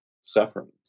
sufferings